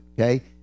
Okay